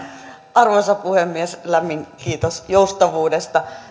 arvoisa puhemies lämmin kiitos joustavuudesta